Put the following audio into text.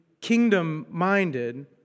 kingdom-minded